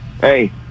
hey